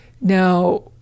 Now